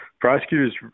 prosecutors